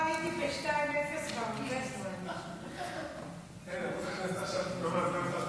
הצעת ועדת הכנסת בדבר פיצול של חוק